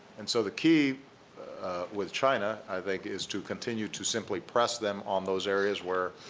and so the key with china i think is to continue to simply press them on those areas where